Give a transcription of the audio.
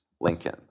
Lincoln